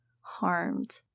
harmed